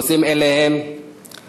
נושאים אלו הם חינוך,